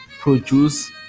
produce